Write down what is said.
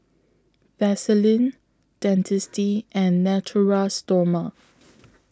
Vaselin Dentiste and Natura Stoma